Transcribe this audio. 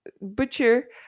butcher